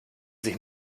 sich